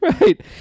right